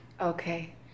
Okay